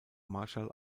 marshall